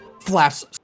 flaps